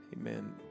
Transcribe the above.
Amen